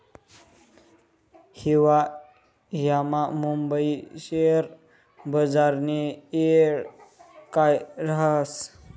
हिवायामा मुंबई शेयर बजारनी येळ काय राहस